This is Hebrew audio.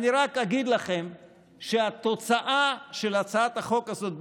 אני רק אגיד לכם שהתוצאה של הצעת החוק הזאת,